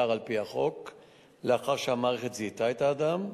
על-פי החוק לאחר שהמערכת זיהתה את האדם,